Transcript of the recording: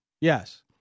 Yes